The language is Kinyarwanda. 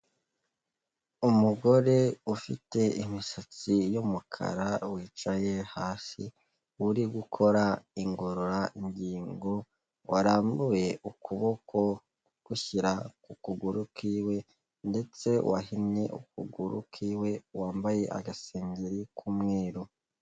Umugore ufite imisatsi y'umukara wicaye hasi uri gukora ingororangingo, warambuye ukuboko agushyira ku kuguru kwiwe ndetse wahinnye ukuguru kwiwe wambaye agasengeri k'umweru.